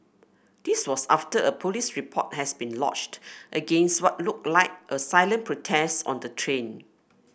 this was after a police report has been lodged against what looked like a silent protest on the train